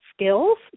skills